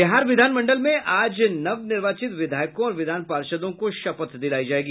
बिहार विधानमंडल में आज नवनिर्वाचित विधायकों और विधान पार्षदों को शपथ दिलायी जायेगी